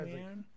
man